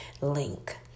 link